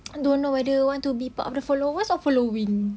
don't know whether want to be part of the followers or following